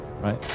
right